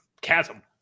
chasm